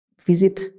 Visit